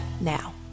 now